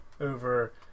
over